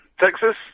Texas